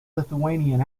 lithuanian